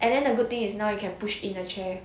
and then the good thing is now you can push in the chair